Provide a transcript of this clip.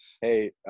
hey